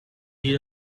read